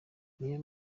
niyo